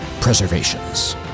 Preservations